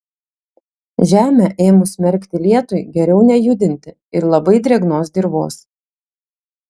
žemę ėmus merkti lietui geriau nejudinti ir labai drėgnos dirvos